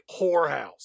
whorehouse